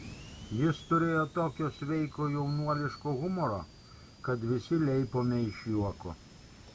jis turėjo tokio sveiko jaunuoliško humoro kad visi leipome iš juoko